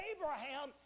Abraham